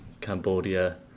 Cambodia